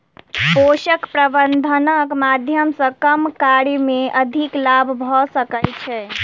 पोषक प्रबंधनक माध्यम सॅ कम कार्य मे अधिक लाभ भ सकै छै